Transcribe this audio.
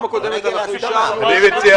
אני מציע